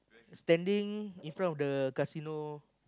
standing in front of the casino